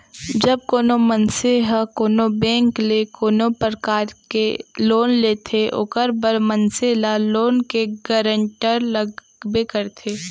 जब कोनो मनसे ह कोनो बेंक ले कोनो परकार ले लोन लेथे ओखर बर मनसे ल लोन के गारेंटर लगबे करथे